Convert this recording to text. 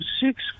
six